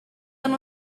and